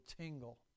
tingle